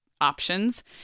options